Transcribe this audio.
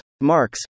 Marx